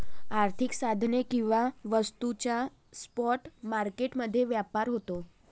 आर्थिक साधने किंवा वस्तूंचा स्पॉट मार्केट मध्ये व्यापार होतो